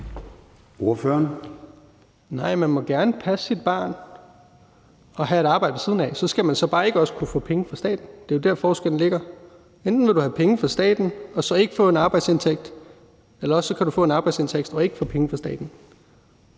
(M): Nej, man må gerne passe sit barn og have et arbejde ved siden af. Så skal man bare ikke også kunne få penge fra staten. Det er jo der, forskellen ligger: Enten vil du have penge fra staten og så ikke få en arbejdsindtægt, eller også kan du få en arbejdsindtægt og ikke få penge fra staten.